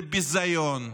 זה ביזיון,